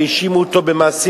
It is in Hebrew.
וקנין.